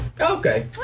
Okay